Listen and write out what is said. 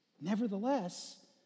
Nevertheless